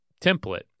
template